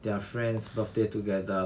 their friend's birthday together